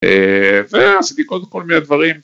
ועשיתי כל מיני דברים